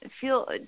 feel